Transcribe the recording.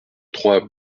trois